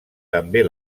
també